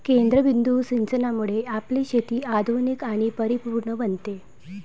केंद्रबिंदू सिंचनामुळे आपली शेती आधुनिक आणि परिपूर्ण बनते